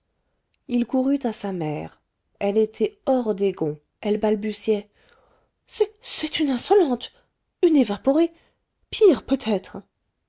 il courut à sa mère elle était hors des gonds elle balbutiait c'est une insolente une évaporée pire peut-être